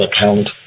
account